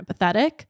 empathetic